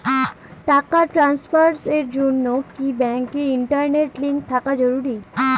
টাকা ট্রানস্ফারস এর জন্য কি ব্যাংকে ইন্টারনেট লিংঙ্ক থাকা জরুরি?